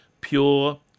pure